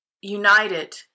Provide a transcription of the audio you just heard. United